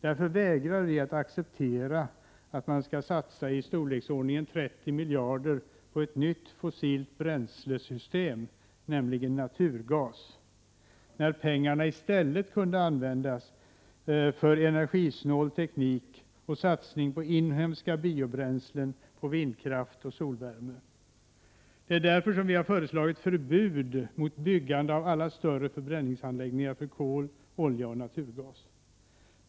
Därför vägrar vi att acceptera att man skall satsa ca 30 miljarder på ett nytt fossilt bränsle, nämligen naturgas, när pengarna i stället kunde användas till energisnål teknik och till satsning på inhemska biobränslen, på vindkraft och solvärme. Det är därför som vi har föreslagit förbud mot byggande av alla större förbränningsanläggningar för kol, olja och naturgas.